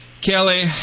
Kelly